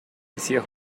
visier